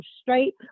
straight